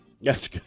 Yes